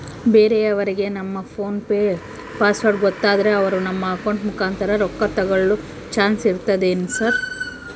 ಬೇರೆಯವರಿಗೆ ನಮ್ಮ PhonePe password ಗೊತ್ತಾದ್ರೆ ಅವರು ನಮ್ಮ ಅಕೌಂಟ್ ಮುಖಾಂತರ ರೊಕ್ಕ ತಕ್ಕೊಳ್ಳೋ ಚಾನ್ಸ್ ಇರ್ತದೆನ್ರಿ ಸರ್?